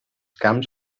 camps